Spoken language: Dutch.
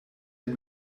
het